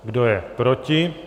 Kdo je proti?